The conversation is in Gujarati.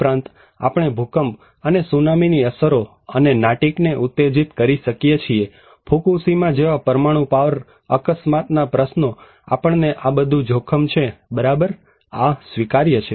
ઉપરાંત આપણે ભૂકંપ અને સુનામી ની અસરો અને નાટીક ને ઉત્તેજિત કરી શકીએ છીએ ફુકુશિમા જેવા પરમાણુ પાવર અકસ્માત ના પ્રશ્નો આપણને આ બધું જોખમ છે બરાબર આ સ્વીકાર્ય છે